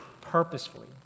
purposefully